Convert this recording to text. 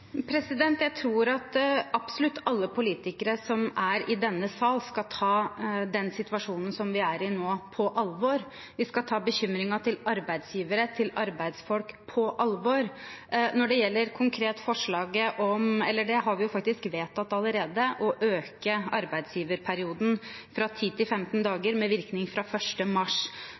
Jeg tror at absolutt alle politikere som er i denne sal, skal ta den situasjonen som vi er i nå, på alvor. Vi skal ta bekymringen til arbeidsgivere, til arbeidsfolk på alvor. Vi har allerede vedtatt forslaget om å øke arbeidsgiverperioden fra 10 til 15 dager med virkning fra 1. mars.